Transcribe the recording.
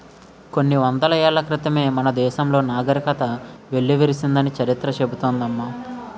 కొన్ని వందల ఏళ్ల క్రితమే మన దేశంలో నాగరికత వెల్లివిరిసిందని చరిత్ర చెబుతోంది అమ్మ